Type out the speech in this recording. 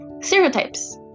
Stereotypes